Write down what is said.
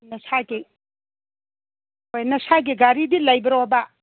ꯅꯁꯥꯒꯤ ꯍꯣꯏ ꯅꯁꯥꯒꯤ ꯒꯥꯔꯤꯗꯤ ꯂꯩꯕ꯭ꯔꯣꯕ